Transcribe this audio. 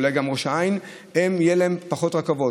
ואולי גם ראש העין, יהיו להם פחות רכבות.